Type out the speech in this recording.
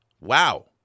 Wow